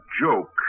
joke